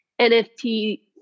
NFT